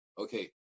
okay